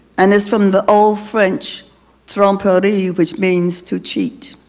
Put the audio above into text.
and is from the old french trumperie which means to cheat.